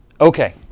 Okay